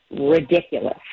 ridiculous